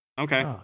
Okay